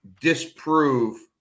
disprove